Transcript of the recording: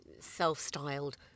self-styled